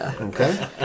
Okay